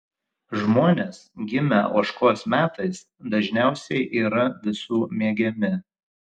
žmonės gimę ožkos metais dažniausiai yra visų mėgiami